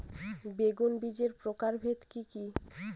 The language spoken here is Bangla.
বেগুন বীজের প্রকারভেদ কি কী?